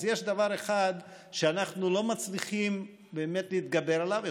אז יש דבר אחד שאנחנו לא מצליחים באמת להתגבר עליו,